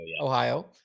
ohio